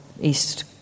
East